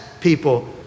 people